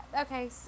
okay